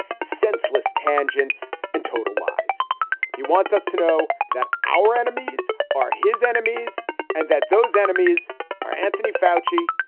senseless tangents and total lies he wants us to know that our enemies are his enemies and that those enemies are anthony foushee,